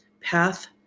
path